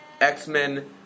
X-Men